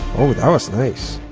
oh, that was nice.